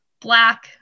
black